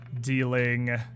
Dealing